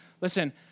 Listen